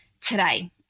today